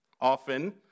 often